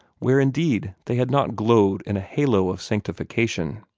where indeed they had not glowed in a halo of sanctification.